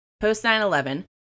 Post-9-11